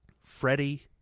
Freddie